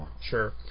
Sure